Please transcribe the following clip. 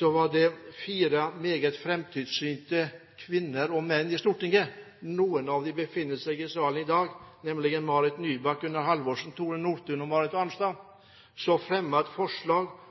var det fire meget fremsynte kvinner og menn i Stortinget, nemlig Marit Nybakk, Gunnar Halvorsen, Tore Nordtun og Marit Arnstad – noen av dem befinner seg i salen i dag – som fremmet et forslag